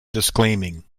disclaiming